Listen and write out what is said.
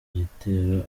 gitero